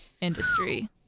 industry